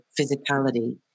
physicality